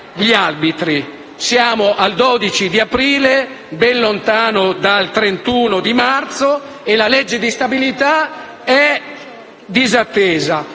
Siamo al 12 aprile, ben lontani dal 31 marzo, e la legge di stabilità è disattesa: